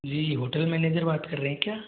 जी hotel manager बात कर रहे हैं क्या